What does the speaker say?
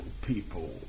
people